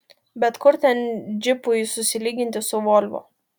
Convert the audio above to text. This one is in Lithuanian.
bet kur ten džipui susilyginti su volvo